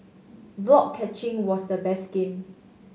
block catching was the best game